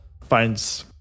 finds